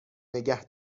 نگه